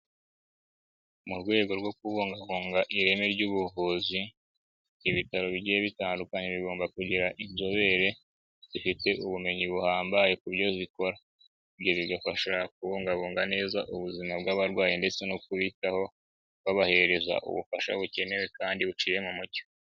Mu rwego rwo kubungabunga ireme ry'ubuvuzi, ibitaro bigiye bitandukanye bigomba kugira inzobere zifite ubumenyi buhambaye ku buryo zikora. Ibyo bigafasha kubungabunga neza ubuzima bw'abarwayi ndetse no kubitaho, babaha ubufasha bukenewe kandi buciye mu mucyo.